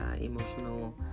emotional